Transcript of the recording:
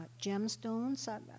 gemstones